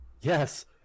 Yes